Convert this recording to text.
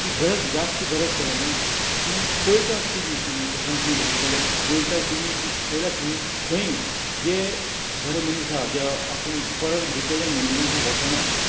ती गरज जास्त गरज पडना आमी उल्टास टी वी समुदारण तुमी घेतलो जाल्यार उल्टा टी व्ही पयल्या आसतलें तुमी खंय जे बरें मनीस आहा जे आपूण परत रिपेर एंड मेन्टेनन्सांक वसना